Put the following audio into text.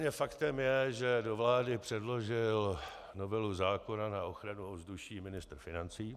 Nicméně faktem je, že do vlády předložil novelu zákona na ochranu ovzduší ministr financí.